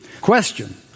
Question